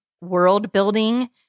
world-building